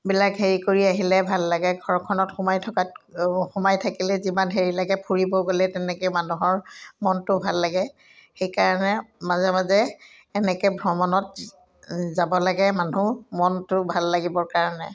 বিলাক হেৰি কৰি আহিলে ভাল লাগে ঘৰখনত সোমাই থকাত সোমাই থাকিলে যিমান হেৰি লাগে ফুৰিব গ'লে তেনেকৈ মানুহৰ মনটো ভাল লাগে সেইকাৰণে মাজে মাজে এনেকৈ ভ্ৰমণত যাব লাগে মানুহ মনটো ভাল লাগিবৰ কাৰণে